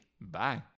Bye